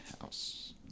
house